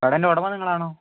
കടേൻ്റെ ഉടമ നിങ്ങളാണോ